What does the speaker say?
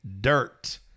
Dirt